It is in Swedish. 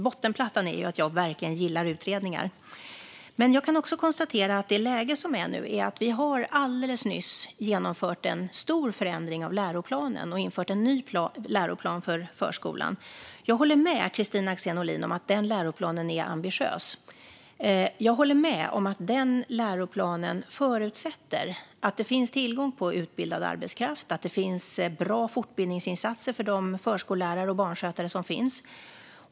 Bottenplattan är ju att jag verkligen gillar utredningar, men jag kan också konstatera att det läge som råder nu är att vi alldeles nyss har genomfört en stor förändring av läroplanen och infört en ny läroplan för förskolan. Jag håller med Kristina Axén Olin om att den läroplanen är ambitiös. Jag håller med om att den läroplanen förutsätter att det finns tillgång på utbildad arbetskraft och att det finns bra fortbildningsinsatser för de förskollärare och barnskötare som finns.